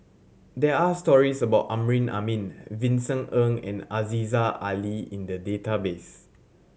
there are stories about Amrin Amin Vincent Ng and Aziza Ali in the database